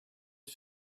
for